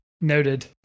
Noted